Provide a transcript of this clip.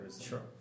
Sure